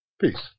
Peace